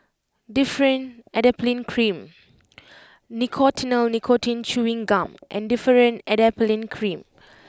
Differin Adapalene Cream Nicotinell Nicotine Chewing Gum and Differin Adapalene Cream